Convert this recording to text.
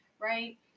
right